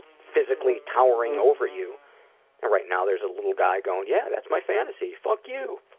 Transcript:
physically towering over you, and right now there's a little guy going yeah, that's my fantasy. fuck you!